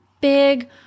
big